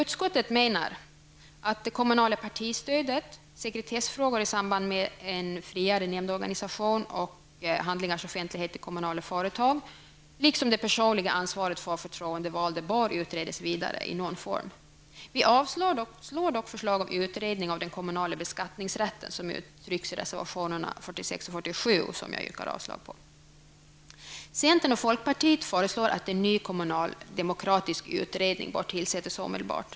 Utskottet menar att det kommunala partistödet, sekretessfrågor i samband med en friare nämndorganisation, handlingars offentlighet i kommunala företag och det personliga ansvaret för förtroendevalda bör utredas vidare i någon form. Vi avstyrker dock förslag om utredning av den kommunala beskattningsrätten som uttrycks i reservationerna 46 och 47, vilka jag yrkar avslag på. Centern och folkpartiet föreslår att en ny kommunaldemokratisk utredning bör tillsättas omedelbart.